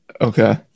Okay